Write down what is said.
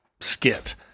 skit